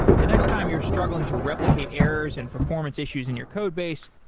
the next time you're struggling to replicate errors and performance issues in your codebase,